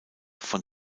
von